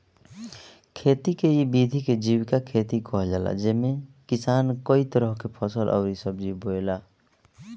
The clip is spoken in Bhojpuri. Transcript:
खेती के इ विधि के जीविका खेती कहल जाला जेमे किसान कई तरह के फसल अउरी सब्जी बोएला